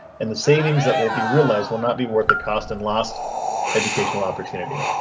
and the savings that will be realized will not be worth the cost in lost educational opportunity.